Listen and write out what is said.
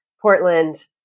Portland